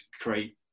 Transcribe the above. create